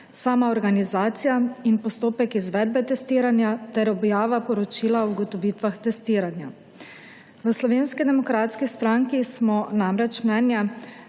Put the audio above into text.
sama organizacija in postopek izvedbe testiranja ter objav poročila o ugotovitvah testiranja. V Slovenski demokratski stranki smo namreč mnenja,